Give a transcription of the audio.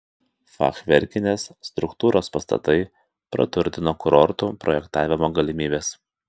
fachverkinės struktūros pastatai praturtino kurortų projektavimo galimybes